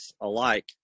alike